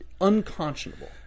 unconscionable